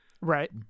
Right